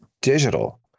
digital